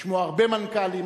לשמוע הרבה מנכ"לים.